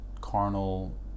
carnal